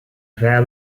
veilig